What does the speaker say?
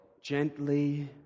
gently